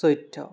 চৈধ্য